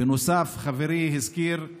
בנוסף, חברי הזכיר את